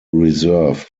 reserved